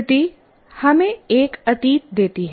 स्मृति हमें एक अतीत देती है